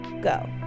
go